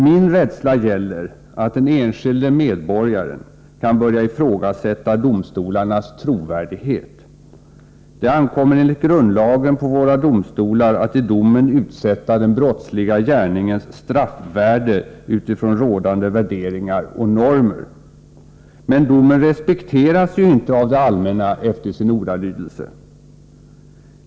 Min rädsla gäller att den enskilde medborgaren kan börja ifrågasätta domstolarnas trovärdighet. Det ankommer enligt grundlagen på våra domstolar att i domen utsätta den brottsliga gärningens straffvärde utifrån rådande värderingar och normer. Men domen respekteras ju inte av det allmänna efter sin ordalydelse.